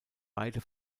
beide